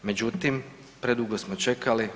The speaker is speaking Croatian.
Međutim, predugo smo čekali.